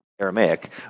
Aramaic